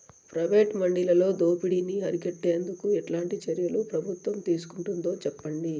Private మండీలలో దోపిడీ ని అరికట్టేందుకు ఎట్లాంటి చర్యలు ప్రభుత్వం తీసుకుంటుందో చెప్పండి?